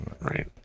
right